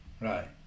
right